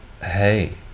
Hey